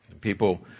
People